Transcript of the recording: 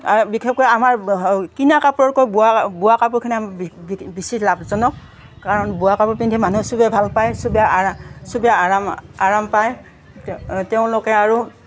বিশেষকৈ আমাৰ কিনা কাপোৰতকৈ বোৱা বোৱা কাপোৰখিনি আম বেছি লাভজনক কাৰণ বোৱা কাপোৰ পিন্ধি মানুহে চবে ভাল পায় চবে আৰা চবে আৰাম আৰাম পায় তে তেওঁলোকে আৰু